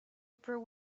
upper